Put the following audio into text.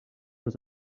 was